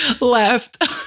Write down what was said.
left